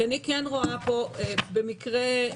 במקרה,